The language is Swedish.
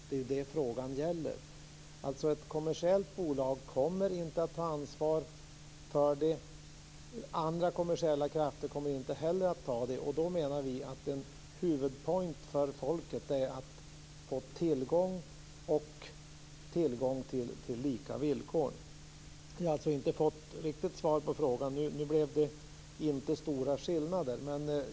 Det är det frågan gäller. Ett kommersiellt bolag kommer inte att ta ansvar. Andra kommersiella krafter kommer inte heller att ta det. Då menar vi att huvudfrågan för folket är att få tillgång till lika villkor. Vi har inte fått riktigt svar på frågan. Man talade om att det inte får bli stora skillnader.